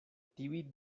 tiuj